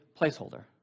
placeholder